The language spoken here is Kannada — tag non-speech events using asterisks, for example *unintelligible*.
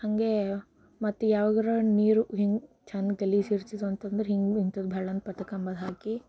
ಹಾಗೆ ಮತ್ತೆ ಯಾವ್ಗಾದ್ರೂ ನೀರು ಹೀಗೆ ಚನ್ ಗಲೀಜು ಇರ್ತಿದ್ವು ಅಂತಂದ್ರೆ ಹಿಂಗೆ ಇಂಥದ್ದು *unintelligible* ಹಾಕಿ